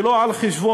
ולא על חשבון,